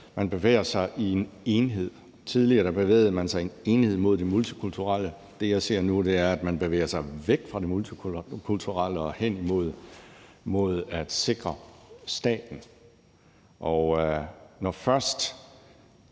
Man bevæger sig i en enhed. Tidligere bevægede man sig i en enhed mod det multikulturelle. Det, jeg ser nu, er, at man bevæger sig væk fra det multikulturelle og hen imod at sikre staten.